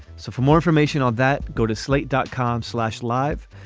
so for more information on that go to slate dot com slash live.